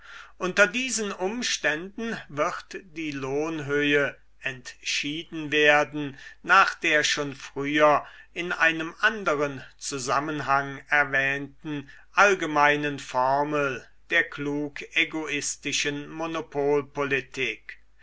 unter diesen umständen wird die lohnhöhe entschieden werden nach der schon früher in einem anderen zusammenhang erwähnten allgemeinen formel der klug egoistischen